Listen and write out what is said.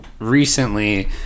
recently